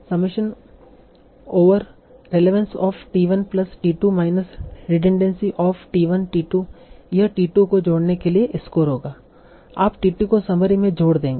summation over relevance of t 1 plus t 2 minus redundancy of t 1 t 2 यह t 2 को जोड़ने के लिए स्कोर होगा आप t 2 को समरी में जोड़ देंगे